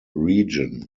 region